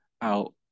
out